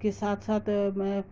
کے ساتھ ساتھ میں